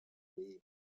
need